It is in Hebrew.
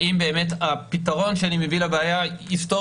אלא האם באמת הפתרון שאני מביא לבעיה יפתור